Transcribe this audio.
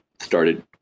started